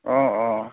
অঁ অঁ